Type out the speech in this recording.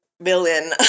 villain